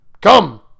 Come